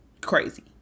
crazy